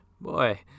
Boy